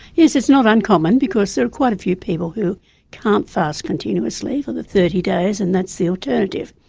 yes it's not uncommon because there are quite a few people who can't fast continuously for the thirty days and that's the alternative.